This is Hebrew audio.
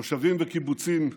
מושבים וקיבוצים,